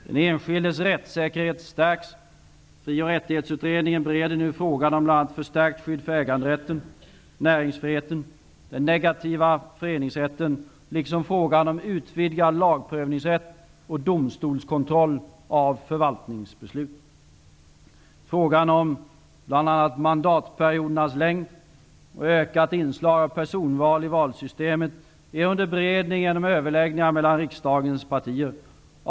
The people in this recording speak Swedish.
Den enskildes rättssäkerhet stärks. Fri och rättighetsutredningen bereder nu frågor om bl.a. förstärkt skydd för äganderätten, näringsfriheten, den negativa föreningsrätten liksom frågan om utvidgad lagprövningsrätt och domstolskontroll av förvaltningsbeslut. Frågorna om bl.a. mandatperiodernas längd och ökade inslag av personval i valsystemet är också under beredning genom överläggningar med riksdagens partier.